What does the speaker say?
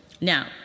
Now